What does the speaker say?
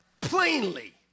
plainly